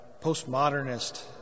postmodernist